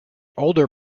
older